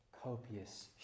copious